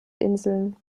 inseln